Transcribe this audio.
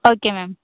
okay ma'am